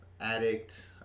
addict